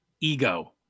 ego